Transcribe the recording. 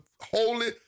holy